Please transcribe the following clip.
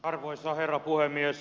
arvoisa herra puhemies